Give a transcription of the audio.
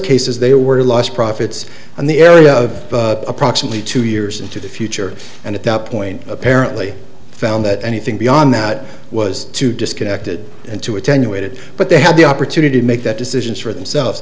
cases they were lost profits in the area of approximately two years into the future and at that point apparently found that anything beyond that was to disconnected and to attenuated but they had the opportunity to make that decisions for themselves